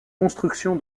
construction